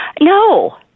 No